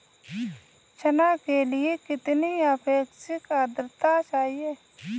चना के लिए कितनी आपेक्षिक आद्रता चाहिए?